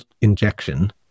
injection